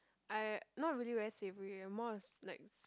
I not really very savory eh more s~ like s~